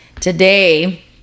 today